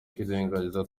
kwirengagiza